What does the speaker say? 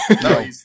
no